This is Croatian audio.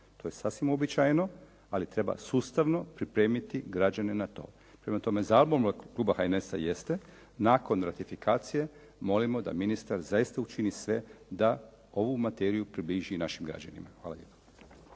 To je sasvim uobičajeno ali treba sustavno pripremiti građane na to. Prema tome, zamolba kluba HNS-a jeste nakon ratifikacije molimo da ministar zaista učini sve da ovu materiju približi našim građanima. Hvala